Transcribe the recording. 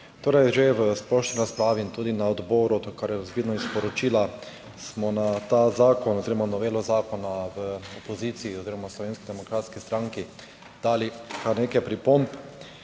Torej, že v splošni razpravi in tudi na odboru, kar je razvidno iz poročila, smo na ta zakon oziroma novelo zakona v opoziciji oziroma v Slovenski demokratski stranki dali kar nekaj pripomb.